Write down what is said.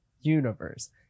universe